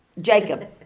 Jacob